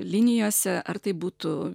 linijose ar tai būtų